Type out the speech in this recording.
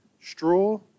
straw